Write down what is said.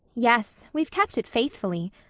yes. we've kept it faithfully.